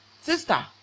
sister